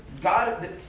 God